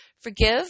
Forgive